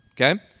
Okay